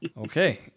Okay